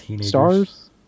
stars